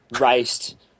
raced